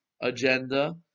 agenda